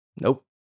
nope